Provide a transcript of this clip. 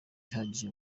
ihagije